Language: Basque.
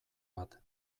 bat